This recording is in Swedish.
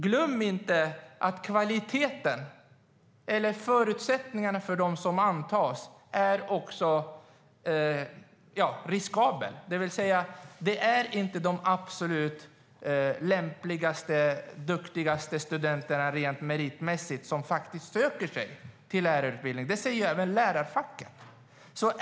Glöm inte att kvaliteten, eller förutsättningarna för dem som antas, är riskabel, det vill säga att det inte är de absolut lämpligaste och duktigaste studenterna rent meritmässigt som söker till lärarutbildningen. Det säger även lärarfacken.